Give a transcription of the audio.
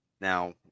Now